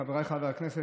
חבריי חברי הכנסת,